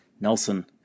Nelson